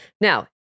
Now